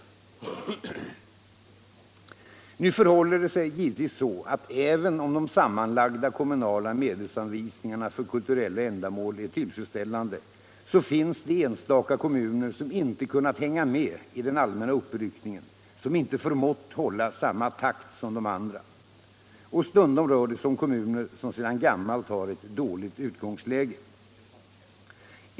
Nu förhåller det sig givetvis så, att även om de sammanlagda kommunala medelsanvisningarna för kulturella ändamål är tillfredsställande finns det enstaka kommuner som inte kunnat hänga med i den allmänna uppryckningen, som inte förmått hålla samma takt som de andra. Och stundom rör det sig om kommuner som sedan gammalt har ett dåligt utgångsläge.